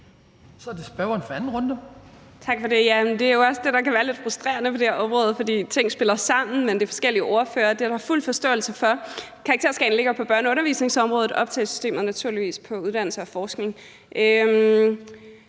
18:15 Astrid Carøe (SF): Tak for det. Jamen det er jo også det, der kan være lidt frustrerende på det her område, for ting spiller sammen, men der er forskellige ordførere. Det er der fuld forståelse for; karakterskalaen ligger på børne- og undervisningsområdet, og optagelsessystemet naturligvis på uddannelses- og forskningsområdet.